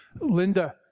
Linda